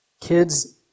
Kids